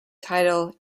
title